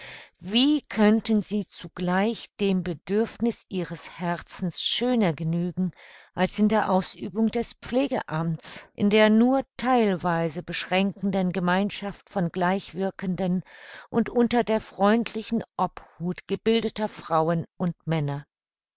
wie könnten sie zugleich dem bedürfniß ihres herzens schöner genügen als in der ausübung des pflegeamts in der nur theilweise beschränkenden gemeinschaft von gleichwirkenden und unter der freundlichen obhut gebildeter frauen und männer